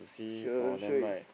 sure sure is